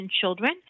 children